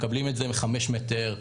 מקבלים את זה מחמישה מטר,